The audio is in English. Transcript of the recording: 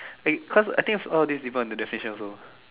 it cause I think of all this people on the definition also